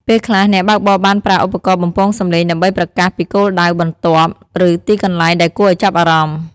ពេលខ្លះ អ្នកបើកបរបានប្រើឧបករណ៍បំពងសម្លេងដើម្បីប្រកាសពីគោលដៅបន្ទាប់ ឬទីកន្លែងដែលគួរឱ្យចាប់អារម្មណ៍។